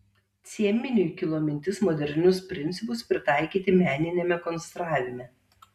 cieminiui kilo mintis modernius principus pritaikyti meniniame konstravime